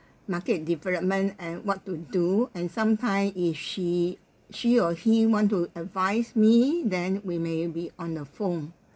market development and what to do and sometimes if she she or he want to advise me then we may be on the phone